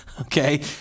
Okay